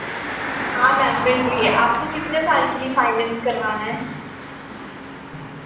हाँ मैंम मिल रही है आपको कितने साल के लिए फाइनेंस करवाना है